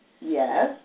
Yes